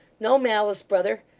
no malice, brother.